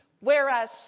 Whereas